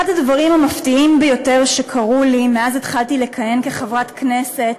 אחד הדברים המפתיעים ביותר שקרו לי מאז התחלתי לכהן כחברת כנסת